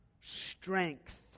strength